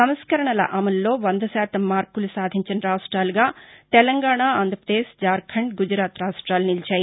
సంస్కరణల అమలులో వంద శాతం మార్కులు సాధించిన రాష్ట్రాలుగా తెలంగాణ ఆంధ్రప్రదేశ్ ఝార్ఖండ్ గుజరాత్ రాష్ట్లాలు నిలిచాయి